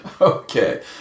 Okay